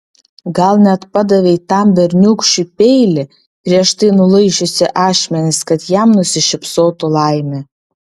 gal net padavei tam berniūkščiui peilį prieš tai nulaižiusi ašmenis kad jam nusišypsotų laimė